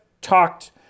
talked